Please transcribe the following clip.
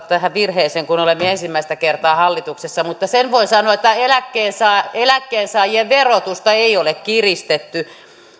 tähän virheeseen kun olemme ensimmäistä kertaa hallituksessa mutta sen voin sanoa että eläkkeensaajien eläkkeensaajien verotusta ei ole kiristetty